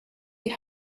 die